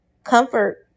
Comfort